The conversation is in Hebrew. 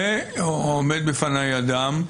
ועומד בפניי אדם,